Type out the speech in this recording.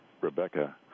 Rebecca